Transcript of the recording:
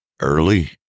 early